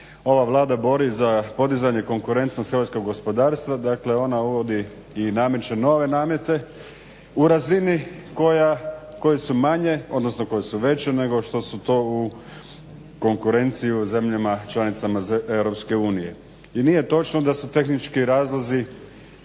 ova Vlada bori za podizanje konkurentnosti hrvatskog gospodarstva dakle ona uvodi i nameće nove namete u razini koje su veće nego što su to u konkurenciji u zemljama članicama Europske unije. I nije točno da su tehnički razlozi